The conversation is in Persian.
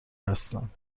هستم